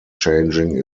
changing